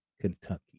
Kentucky